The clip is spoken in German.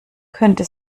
könnte